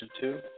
two